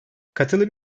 katılım